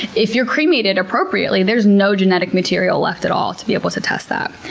if you're cremated appropriately, there is no genetic material left at all to be able to test that.